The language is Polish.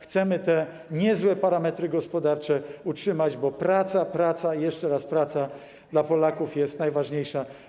Chcemy te niezłe parametry gospodarcze utrzymać, bo praca, praca i jeszcze raz praca dla Polaków jest najważniejsza.